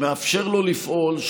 שמאפשר לו לפעול,